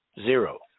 Zero